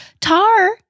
Tar